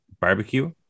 barbecue